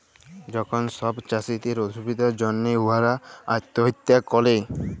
যখল ছব চাষীদের অসুবিধার জ্যনহে উয়ারা আত্যহত্যা ক্যরে